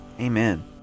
Amen